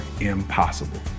impossible